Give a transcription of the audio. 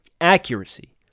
Accuracy